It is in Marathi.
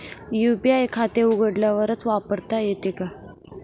यू.पी.आय हे खाते उघडल्यावरच वापरता येते का?